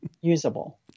usable